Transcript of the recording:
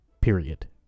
Period